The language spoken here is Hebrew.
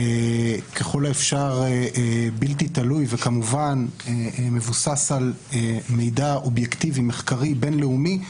ככל האפשר בלתי תלוי וכמובן מבוסס על מידע אובייקטיבי-מחקרי בינלאומי,